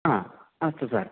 हा अस्तु सर्